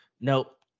Nope